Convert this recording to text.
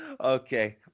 Okay